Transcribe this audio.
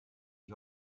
die